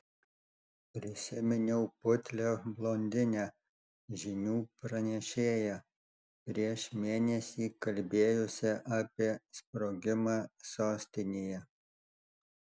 prisiminiau putlią blondinę žinių pranešėją prieš mėnesį kalbėjusią apie sprogimą sostinėje